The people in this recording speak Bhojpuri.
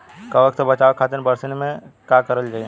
कवक से बचावे खातिन बरसीन मे का करल जाई?